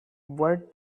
words